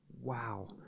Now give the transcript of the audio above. wow